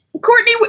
Courtney